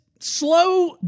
slow